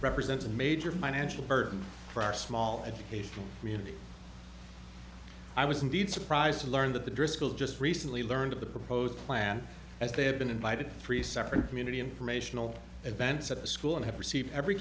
represents a major financial burden for our small educational community i was indeed surprised to learn that the driscoll just recently learned of the proposed plan as they have been invited three separate community informational events at a school and have received every